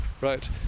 right